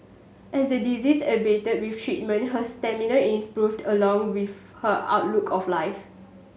as the disease abated with treatment her stamina improved along with her outlook of life